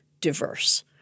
diverse